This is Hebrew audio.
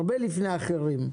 הרבה לפני אחרים.